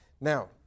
Now